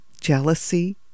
jealousy